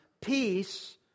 peace